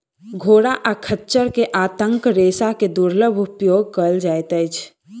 घोड़ा आ खच्चर के आंतक रेशा के दुर्लभ उपयोग कयल जाइत अछि